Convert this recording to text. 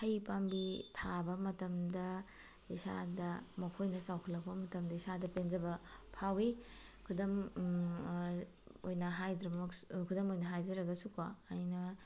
ꯍꯩ ꯄꯥꯝꯕꯤ ꯊꯥꯕ ꯃꯇꯝꯗ ꯏꯁꯥꯗ ꯃꯈꯣꯏꯅ ꯆꯥꯎꯈꯠꯂꯛꯄ ꯃꯇꯝꯗ ꯏꯁꯥꯗ ꯄꯦꯟꯖꯕ ꯐꯥꯎꯋꯤ ꯈꯨꯗꯝ ꯑꯣꯏꯅ ꯈꯨꯗꯝ ꯑꯣꯏꯅ ꯍꯥꯏꯖꯔꯒꯁꯨꯀꯣ ꯑꯩꯅ